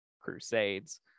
Crusades